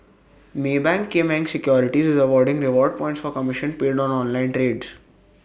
maybank Kim Eng securities is awarding reward points for commission paid on online trades